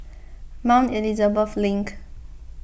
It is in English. Mount Elizabeth Link